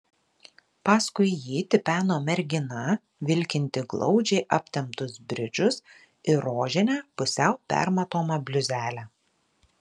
paskui jį tipeno mergina vilkinti glaudžiai aptemptus bridžus ir rožinę pusiau permatomą bliuzelę